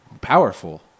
powerful